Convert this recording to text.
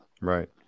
right